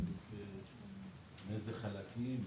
באיזה חלקים,